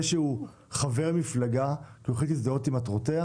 זה שהוא חבר מפלגה ויכול להזדהות עם מטרותיה